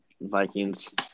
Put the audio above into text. Vikings